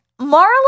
Marla